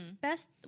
best